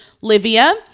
Livia